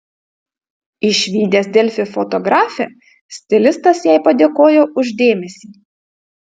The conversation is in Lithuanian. išvydęs delfi fotografę stilistas jai padėkojo už dėmesį